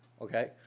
okay